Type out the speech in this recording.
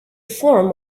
form